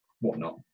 whatnot